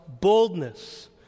boldness